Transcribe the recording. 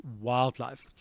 wildlife